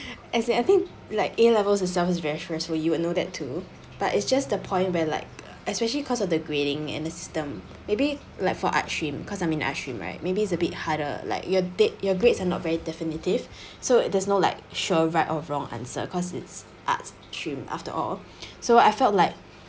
as in I think like A levels itself is very stress for you and know that too but it's just a point where like especially because of the grading and the system maybe like for art stream because I'm in art stream right maybe it's a bit harder like your date your grades and are very definitive so there's no like sure right or wrong answer because it's art stream after all so I felt like